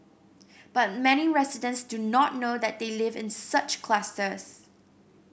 but many residents do not know that they live in such clusters